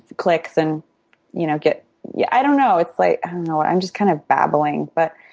clicks and you know, get yeah, i don't know. its's like, i don't know, i'm just kind of babbling. but